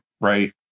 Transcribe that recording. right